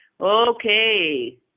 Okay